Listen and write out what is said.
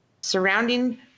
surrounding